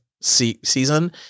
season